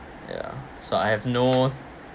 ya so I have no